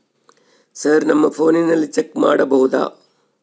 Sir ನಮ್ಮ ಫೋನಿನಲ್ಲಿ check ಮಾಡಬಹುದಾ?